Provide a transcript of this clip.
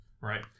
right